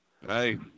Hey